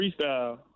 Freestyle